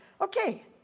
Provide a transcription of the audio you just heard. Okay